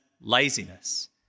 laziness